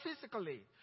physically